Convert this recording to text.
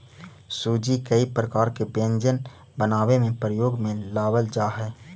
सूजी कई प्रकार के व्यंजन बनावे में प्रयोग में लावल जा हई